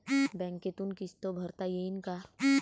बँकेतून किस्त भरता येईन का?